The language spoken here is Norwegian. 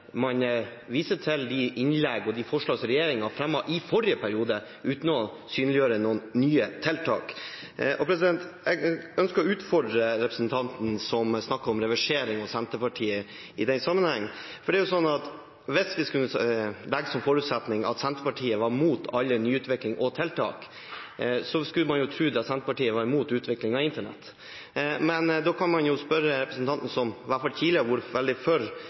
man viser til de innleggene og forslagene som regjeringen fremmet i forrige periode, uten å synliggjøre noen nye tiltak. Jeg ønsker å utfordre representanten, som snakket om reversering og om Senterpartiet i den sammenheng. Hvis vi skulle legge som forutsetning at Senterpartiet var imot all nyutvikling og tiltak, skulle man jo tro at Senterpartiet var imot utvikling av internett. Men da vil jeg spørre representanten, som i hvert fall tidligere har vært veldig for